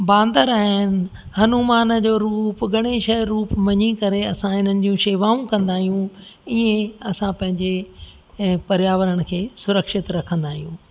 बांदर आहिनि हनूमान जो रूप गणेश जो रूप मञी करे असां इन्हनि जूं शेवाऊं कंदा आहियूं ईएं असां पंहिंजे पर्यावरण सुरक्षित रखंदा आहियूं